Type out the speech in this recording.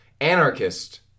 anarchist